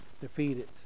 defeated